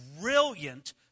brilliant